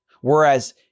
Whereas